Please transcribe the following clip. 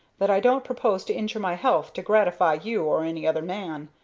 that i don't propose to injure my health to gratify you or any other man.